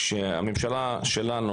כשהממשלה שלנו,